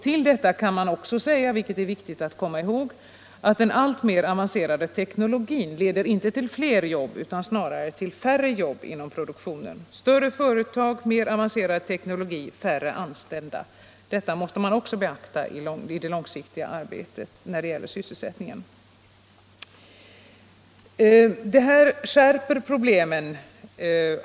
Till detta kan också läggas att den alltmera avancerade teknologin inte leder till flera jobb i produktionen utan snarare till färre. Större företag, mer avancerad teknologi, färre anställda. Detta måste också beaktas i det långsiktiga arbetet när det gäller sysselsättningen.